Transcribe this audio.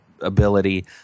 ability